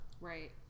right